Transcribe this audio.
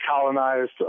colonized